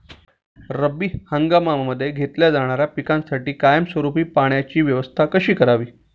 रब्बी हंगामामध्ये घेतल्या जाणाऱ्या पिकांसाठी कायमस्वरूपी पाण्याची व्यवस्था कशी करावी?